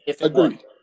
Agreed